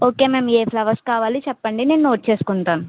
okay ma'am ఏ flowers కావాలి చెప్పండి నేను నోట్ చేసుకుంటాను